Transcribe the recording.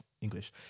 English